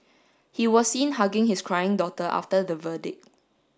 he was seen hugging his crying daughter after the verdict